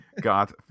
Got